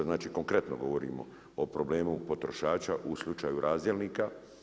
Znači konkretno govorimo o problemu potrošača u slučaju razdjelnika.